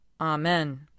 Amen